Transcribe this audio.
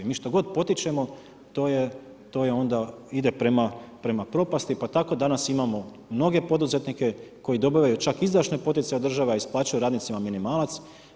Mi što god potičemo to je onda ide prema propasti, pa tako danas imamo mnoge poduzetnike koji dobivaju čak izdašne poticaje od države, a isplaćuju radnicima minimalac.